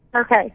Okay